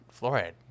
fluoride